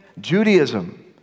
Judaism